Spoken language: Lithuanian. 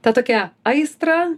tą tokią aistrą